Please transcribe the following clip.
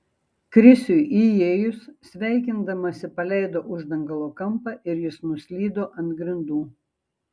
krisiui įėjus sveikindamasi paleido uždangalo kampą ir jis nuslydo ant grindų